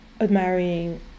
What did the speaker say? admiring